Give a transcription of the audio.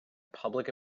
public